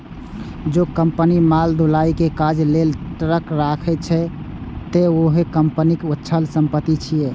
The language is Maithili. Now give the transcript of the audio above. जौं कंपनी माल ढुलाइ के काज लेल ट्रक राखने छै, ते उहो कंपनीक अचल संपत्ति छियै